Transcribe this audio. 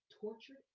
tortured